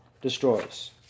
destroys